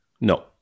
No